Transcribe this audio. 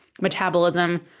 metabolism